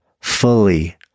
fully